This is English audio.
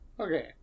Okay